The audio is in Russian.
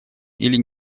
или